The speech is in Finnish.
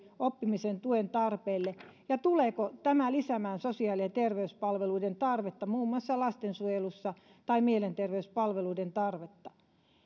oppimisen tuen palveluille kouluissa ja tuleeko tämä lisäämään sosiaali ja terveyspalveluiden tarvetta muun muassa lastensuojelussa tai mielenterveyspalveluiden tarvetta